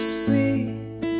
sweet